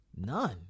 None